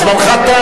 זמנך תם.